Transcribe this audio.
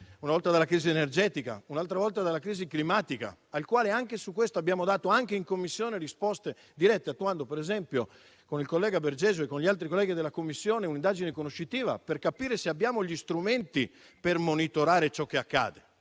una volta dalla crisi energetica, un'altra volta dalla crisi climatica. Anche su questo abbiamo dato in Commissione risposte dirette, attuando per esempio, con il collega Bergesio e con gli altri colleghi della Commissione, un'indagine conoscitiva per capire se abbiamo gli strumenti per monitorare ciò che accade.